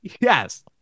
Yes